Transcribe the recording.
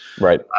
right